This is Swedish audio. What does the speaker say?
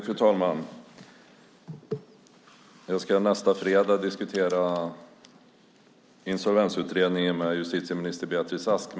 Fru talman! Nästa fredag ska jag diskutera Insolvensutredningen med justitieminister Beatrice Ask.